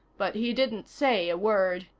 but he didn't say a word.